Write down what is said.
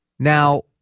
Now